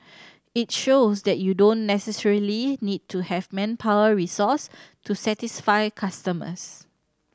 it shows that you don't necessarily need to have manpower resource to satisfy customers